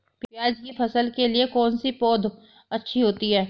प्याज़ की फसल के लिए कौनसी पौद अच्छी होती है?